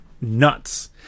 nuts